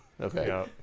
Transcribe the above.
Okay